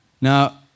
Now